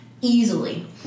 easily